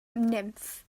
nymff